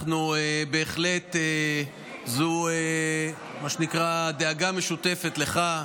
זוהי בהחלט, מה שנקרא, דאגה משותפת לך,